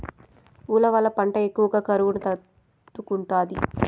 ఉలవల పంట ఎక్కువ కరువును తట్టుకుంటాది